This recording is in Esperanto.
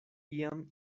iam